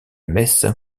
messe